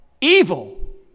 evil